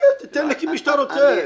תן למי שאתה רוצה.